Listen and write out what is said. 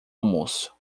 almoço